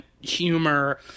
humor